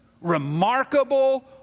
remarkable